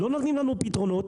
ולא נותנים לנו פתרונות.